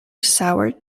sour